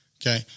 Okay